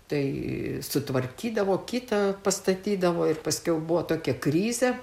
tai sutvarkydavo kitą pastatydavo ir paskiau buvo tokia krizė